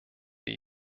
wie